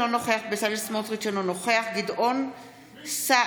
אינו נוכח בצלאל סמוטריץ' אינו נוכח גדעון סער,